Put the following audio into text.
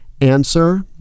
answer